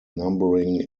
numbering